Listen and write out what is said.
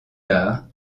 arts